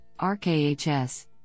RKHS